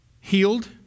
healed